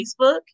Facebook